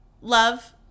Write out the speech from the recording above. Love